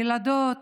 ילדות,